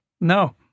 No